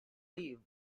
live